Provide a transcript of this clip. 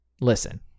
Listen